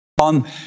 On